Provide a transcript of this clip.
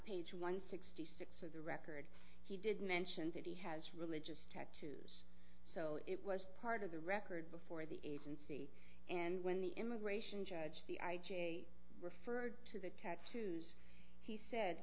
page one sixty six of the record he did mention that he has religious texts so it was part of the record before the agency and when the immigration judge the i j a referred to the tattoos he said